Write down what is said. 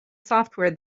software